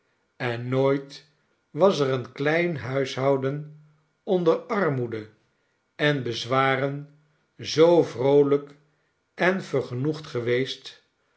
en nooit was er een klein huishouden onder armoede en bezwaren zoo vroolijk en vergenoegd geweest